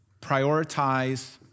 prioritize